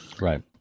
Right